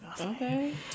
Okay